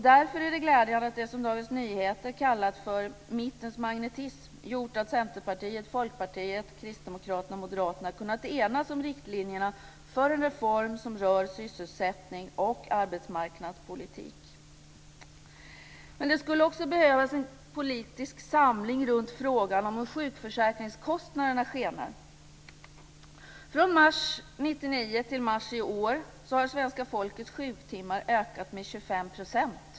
Därför är det glädjande att det som Dagens Nyheter kallat för mittens magnetism gjort att Centerpartiet, Folkpartiet, Kristdemokraterna och Moderaterna kunnat enas om riktlinjerna för en reform som rör sysselsättning och arbetsmarknadspolitik. Men det skulle också behövas en politisk samling runt frågan om hur sjukförsäkringskostnaderna skenar. Från mars 1999 till mars i år har svenska folkets sjuktimmar ökat med 25 %.